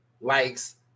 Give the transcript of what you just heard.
likes